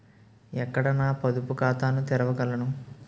ఎక్కడ నా పొదుపు ఖాతాను తెరవగలను?